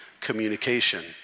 communication